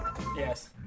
Yes